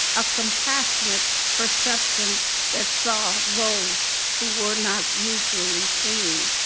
a compassionate perception that saw those who were not usually seen.